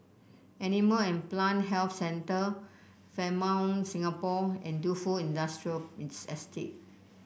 Animal and Plant Health Centre Fairmont Singapore and Defu Industrial Estate